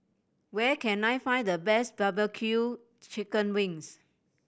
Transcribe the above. where can I find the best barbecue chicken wings